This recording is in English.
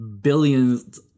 billions